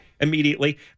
immediately